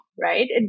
right